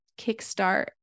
kickstart